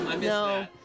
No